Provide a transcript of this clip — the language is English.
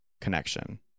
connection